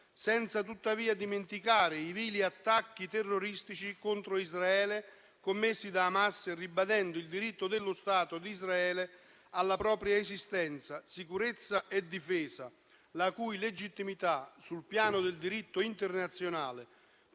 senza tuttavia dimenticare i vili attacchi terroristici contro Israele commessi da Hamas e ribadendo il diritto dello Stato di Israele alla propria esistenza, sicurezza e difesa, la cui legittimità sul piano del diritto internazionale,